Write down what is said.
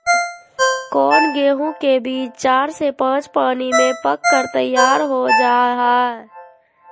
कौन गेंहू के बीज चार से पाँच पानी में पक कर तैयार हो जा हाय?